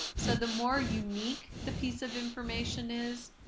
so the more unique the piece of information is,